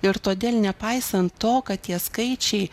ir todėl nepaisant to kad tie skaičiai